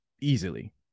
Easily